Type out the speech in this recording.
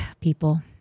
people